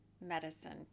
medicine